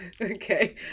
Okay